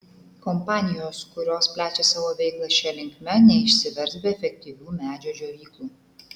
kompanijos kurios plečia savo veiklą šia linkme neišsivers be efektyvių medžio džiovyklų